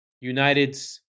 United's